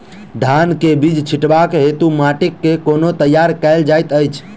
धान केँ बीज छिटबाक हेतु माटि केँ कोना तैयार कएल जाइत अछि?